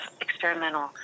experimental